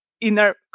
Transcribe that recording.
inner